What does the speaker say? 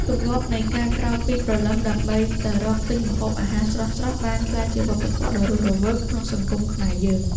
ទម្លាប់នៃការក្រោកពីព្រលឹមដើម្បីទៅរកទិញម្ហូបអាហារស្រស់ៗបានក្លាយជាវប្បធម៌ដ៏រស់រវើកក្នុងសង្គមខ្មែរយើង។